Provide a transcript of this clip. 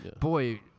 boy